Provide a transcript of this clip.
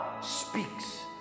speaks